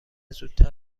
زودتر